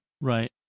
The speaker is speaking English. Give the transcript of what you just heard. Right